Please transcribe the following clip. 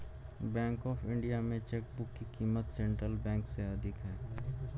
bank of India में chequebook की क़ीमत सेंट्रल बैंक से अधिक है